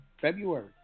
February